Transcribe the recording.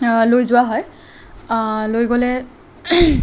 লৈ যোৱা হয় লৈ গ'লে